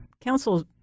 council